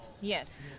Yes